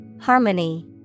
Harmony